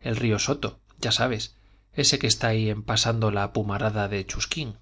el río soto ya sabes ese que está ahí en pasando la pumarada de chusquin